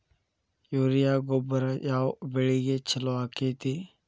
Urea ಗೊಬ್ಬರ ಯಾವ ಬೆಳಿಗೆ ಛಲೋ ಆಕ್ಕೆತಿ?